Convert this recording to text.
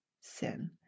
Sin